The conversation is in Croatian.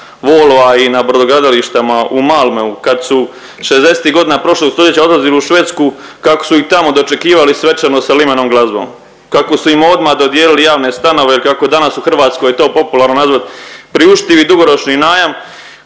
Volva i na brodogradilištima u Malmeu kad su '60.-tih godina prošlog stoljeća odlazili u Švedsku kako su ih tamo dočekivali svečano sa limenom glazbom, kako su im odmah dodijeli javne stanove ili kako je danas u Hrvatskoj to popularno nazvati priuštivi dugoročni najam